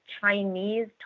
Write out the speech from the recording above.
Chinese